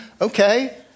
Okay